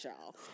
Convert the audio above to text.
y'all